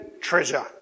treasure